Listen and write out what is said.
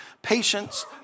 Patience